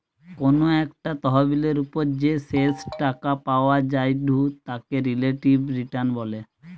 কোনো একটা তহবিলের ওপর যে শেষ টাকা পাওয়া জায়ঢু তাকে রিলেটিভ রিটার্ন বলে